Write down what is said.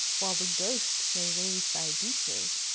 while the ghost waylays thy breeches,